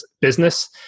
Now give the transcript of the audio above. business